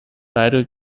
title